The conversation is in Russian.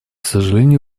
сожалению